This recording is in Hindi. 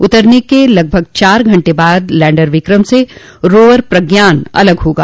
उतरने के लगभग चार घंटे बाद लैंडर विक्रम से रोवर प्रज्ञान अलग होगा